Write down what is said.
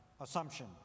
assumption